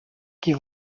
qui